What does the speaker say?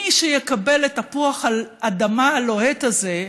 מי שיקבל את תפוח האדמה הלוהט הזה,